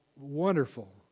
wonderful